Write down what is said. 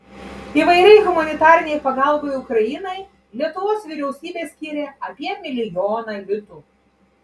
įvairiai humanitarinei pagalbai ukrainai lietuvos vyriausybė skyrė apie milijoną litų